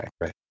right